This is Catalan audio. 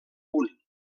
punt